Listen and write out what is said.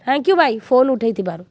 thank you ଭାଇ phone ଉଠାଇ ଥିବାରୁ